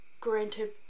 granted